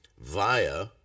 via